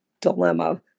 dilemma